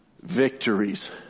victories